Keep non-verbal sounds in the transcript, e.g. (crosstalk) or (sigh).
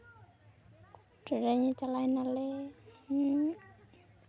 (unintelligible) ᱪᱟᱞᱟᱭ ᱱᱟᱞᱮ